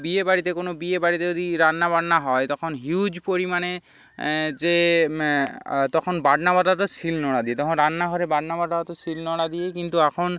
বিয়ে বাড়িতে কোনও বিয়ে বাড়িতে যদি রান্না বান্না হয় তখন হিউজ পরিমাণে যে তখন বাটনা বাটাটা শিল নোড়া দিয়ে তখন রান্নাঘরে বাটনা বাটা হতো শিল নোড়া দিয়েই কিন্তু এখন